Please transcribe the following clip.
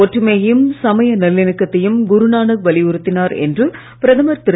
ஒற்றுமையையும் சமய நல்லிணக்கத்தையும் குருநானக் வலியுறுத்தினார் என்று பிரதமர் திரு